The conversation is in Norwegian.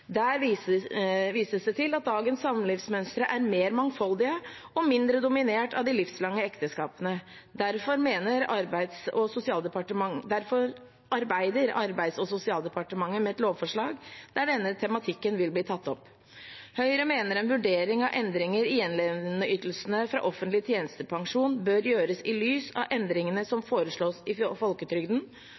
Der vises det til at dagens samlivsmønstre er mer mangfoldige og mindre dominert av de livslange ekteskapene. Derfor arbeider Arbeids- og sosialdepartementet med et lovforslag der denne tematikken vil bli tatt opp. Høyre mener en vurdering av endringer i gjenlevendeytelsene fra offentlig tjenestepensjon bør gjøres i lys av endringene som foreslås i folketrygden,